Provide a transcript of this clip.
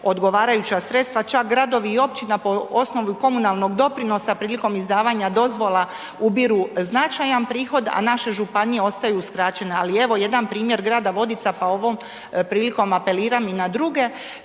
odgovarajuća sredstva, čak gradovi i općina po osnovi komunalnog doprinosa prilikom izdavanja dozvola ubiru značajan prihod, a naše županije ostaju uskraćene. Ali evo jedan primjer grada Vodica, pa ovom prilikom apeliram i na druge.